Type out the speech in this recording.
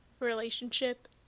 relationship